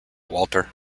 walter